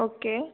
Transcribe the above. okay